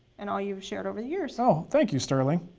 and all you've shared over the years. so thank you sterling.